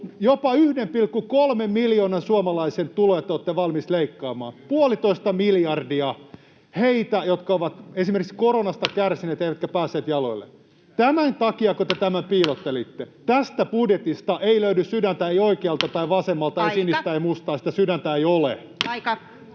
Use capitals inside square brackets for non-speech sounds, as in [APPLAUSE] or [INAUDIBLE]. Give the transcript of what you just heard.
Jopa 1,3 miljoonan suomalaisen tuloja te olette valmis leikkaamaan — 1,5 miljardia heiltä, jotka ovat esimerkiksi koronasta kärsineet [NOISE] eivätkä ole päässeet jaloilleen. Tämänkö takia te tätä piilottelitte? Tästä budjetista ei löydy sydäntä, ei oikealta tai vasemmalta, [Puhemies: Aika!] ei sinistä, ei